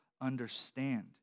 understand